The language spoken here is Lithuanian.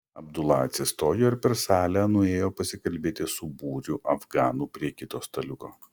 abdula atsistojo ir per salę nuėjo pasikalbėti su būriu afganų prie kito staliuko